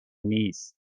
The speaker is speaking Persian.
نیست